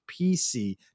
pc